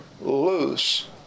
loose